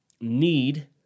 need